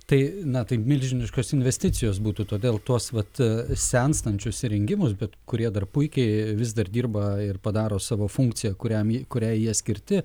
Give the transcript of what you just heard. tai na tai milžiniškos investicijos būtų todėl tuos vat senstančius įrengimus bet kurie dar puikiai vis dar dirba ir padaro savo funkciją kuriam kuriai jie skirti